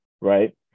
right